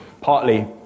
Partly